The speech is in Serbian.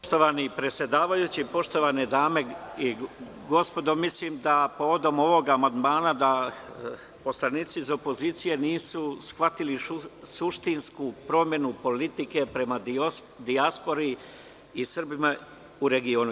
Poštovani predsedavajući, poštovane dame i gospodo, mislim da povodom ovog amandmana poslanici opozicije nisu shvatili suštinsku promenu politike prema dijaspori i Srbima u regionu.